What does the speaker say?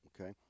Okay